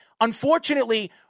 unfortunately